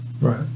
Right